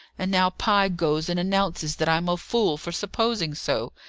and now pye goes and announces that i'm a fool for supposing so,